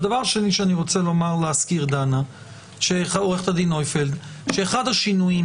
דבר שני שאני רוצה להזכיר שאחד השינויים